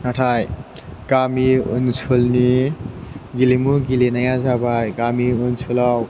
नाथाय गामि ओनसोलनि गेलेमु गेलेनाया जाबाय गामि ओनसोलाव